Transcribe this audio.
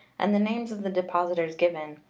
and the names of the depositors given,